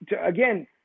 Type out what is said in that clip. again